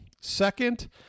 Second